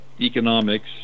economics